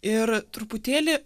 ir truputėlį